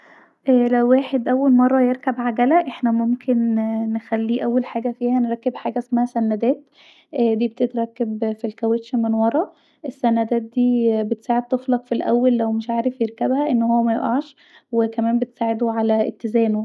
لو واحد اول مره يركب عجله وممكن نخليها أو حاجه فيها نركب سندات دي بتتركب في الكواتش من ورا وممكن بتساعد طفلك في الاول لو مش عارف يركبها أن هو ميوقاعش وكمان بتساعده علي اتزانه